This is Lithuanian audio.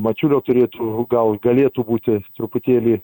mačiulio turėtų gal galėtų būti truputėlį